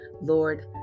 Lord